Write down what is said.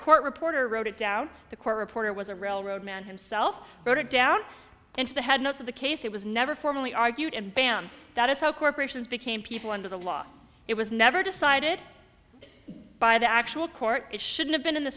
court reporter wrote it down the court reporter was a railroad man himself wrote it down into the head notes of the case it was never formally argued and bam that is how corporations became people under the law it was never decided by the actual court it should have been in the